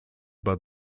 bad